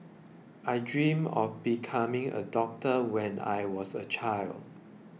I dreamt of becoming a doctor when I was a child